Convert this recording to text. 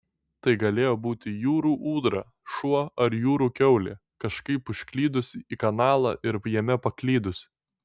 tai galėjo būti jūrų ūdra šuo ar jūrų kiaulė kažkaip užklydusi į kanalą ir jame paklydusi